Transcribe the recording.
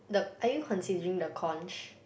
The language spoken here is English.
the are you considering the conch